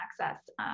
access